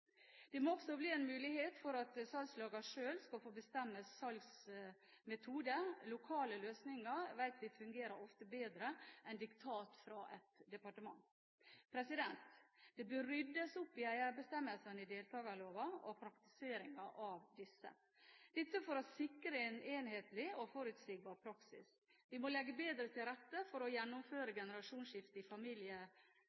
Det må også bli en mulighet for at salgslagene sjøl skal få bestemme salgsmetode. Lokale løsninger vet vi fungerer ofte bedre enn diktat fra et departement. Det bør ryddes opp i eierbestemmelsene i deltakerloven og praktiseringen av disse – dette for å sikre en enhetlig og forutsigbar praksis. Vi må legge bedre til rette for å gjennomføre